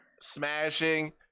smashing